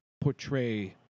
portray